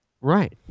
Right